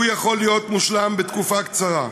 והוא יכול להיות מושלם בתקופה קצרה.